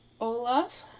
Olaf